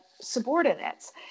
subordinates